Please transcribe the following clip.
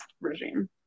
regime